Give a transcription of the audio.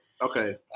Okay